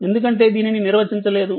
ఎందుకంటే దీనిని నిర్వచించలేదు